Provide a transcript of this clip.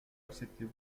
acceptez